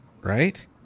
right